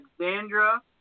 Alexandra